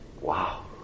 Wow